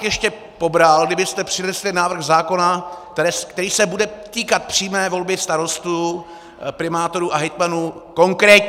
Ještě bych pobral, kdybyste přinesli návrh zákona, který se bude týkat přímé volby starostů, primátorů a hejtmanů konkrétně.